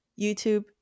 YouTube